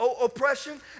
oppression